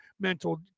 mental